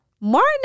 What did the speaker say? Martin